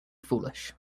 foolish